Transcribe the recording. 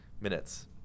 minutes